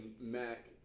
Mac